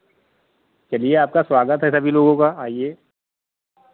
चलिए आपका स्वागत है सभी लोगों का आइए